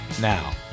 Now